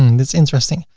and and that's interesting.